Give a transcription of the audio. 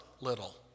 little